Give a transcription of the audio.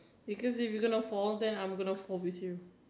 because if you gonna fall then I gonna fall with you